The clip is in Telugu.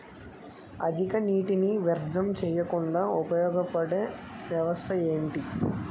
అధిక నీటినీ వ్యర్థం చేయకుండా ఉపయోగ పడే వ్యవస్థ ఏంటి